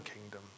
kingdom